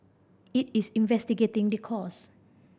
it is investigating the cause